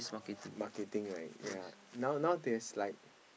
marketing right ya now now there's like